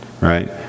right